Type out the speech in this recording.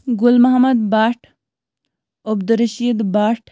Gul Muhammad Bhat Abdul Rashid Bhat